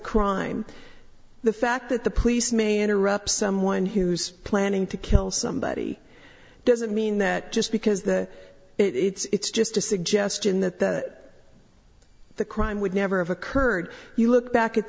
crime the fact that the police may interrupt someone who's planning to kill somebody doesn't mean that just because the it's just a suggestion that that the crime would never have occurred you look back at